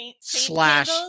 slash